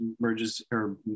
merges—or